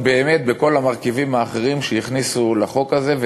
באמת בכל המרכיבים האחרים שהכניסו לחוק הזה,